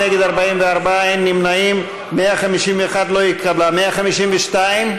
ההסתייגות (151) של קבוצת סיעת המחנה הציוני,